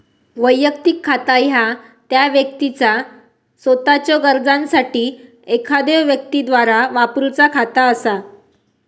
वैयक्तिक खाता ह्या त्या व्यक्तीचा सोताच्यो गरजांसाठी एखाद्यो व्यक्तीद्वारा वापरूचा खाता असा